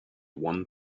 one